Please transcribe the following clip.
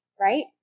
right